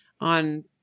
on